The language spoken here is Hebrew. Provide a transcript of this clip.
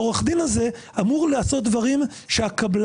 עורך הדין זה אמור לעשות דברים שהקבלן,